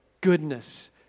goodness